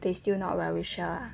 they still not very sure ah